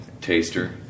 Taster